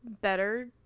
better